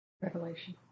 Revelation